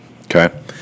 Okay